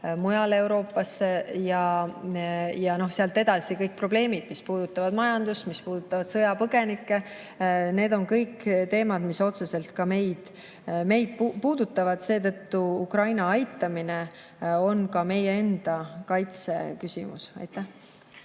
mujale Euroopasse. Ja sealt edasi kõik need probleemid, mis puudutavad majandust, mis puudutavad sõjapõgenikke – need on kõik teemad, mis otseselt ka meid puudutavad. Seetõttu on Ukraina aitamine ka meie enda kaitse küsimus. Andres